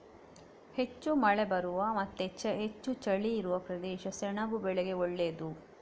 ಹೆಚ್ಚು ಮಳೆ ಬರುವ ಮತ್ತೆ ಹೆಚ್ಚು ಚಳಿ ಇರುವ ಪ್ರದೇಶ ಸೆಣಬು ಬೆಳೆಗೆ ಒಳ್ಳೇದು